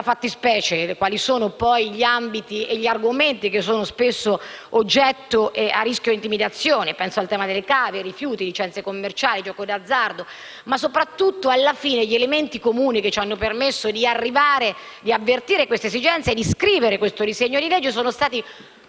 fattispecie, quali sono gli ambiti e gli argomenti che sono spesso oggetto e a rischio di intimidazione. Penso alle cave, ai rifiuti, alle licenze commerciali, al gioco d'azzardo. Ma soprattutto gli elementi comuni che ci hanno permesso di avvertire dette esigenze e di scrivere questo disegno di legge sono stati